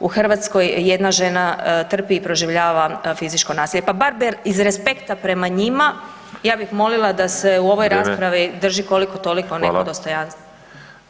u Hrvatskoj, jedna žena trpi i proživljava fizičko nasilje, pa bar prema respekta prema njima, ja bih molila da se u ovoj raspravi [[Upadica Škoro: Vrijeme.]] drži koliko-toliko neko dostojanstvo.